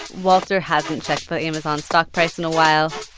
walter hasn't checked the amazon stock price in a while,